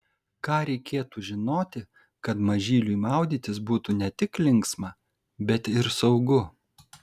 ką reikėtų žinoti kad mažyliui maudytis būtų ne tik linksma bet ir saugu